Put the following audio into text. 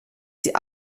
die